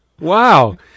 wow